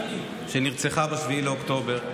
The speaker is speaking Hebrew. שנרצחה ב-7 באוקטובר,